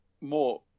more